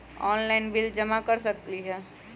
Online bill जमा कर सकती ह?